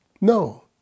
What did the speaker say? No